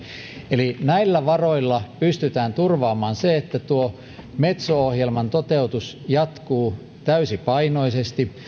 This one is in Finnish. eli näillä varoilla pystytään turvaamaan se että metso ohjelman toteutus jatkuu täysipainoisesti